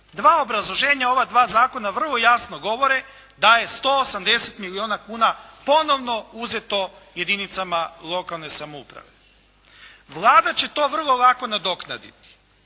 Dva obrazloženja, ova dva zakona vrlo jasno govore da je 180 milijuna kuna ponovno uzeto jedinicama lokalne samouprave. Vlada će to vrlo lako nadoknaditi,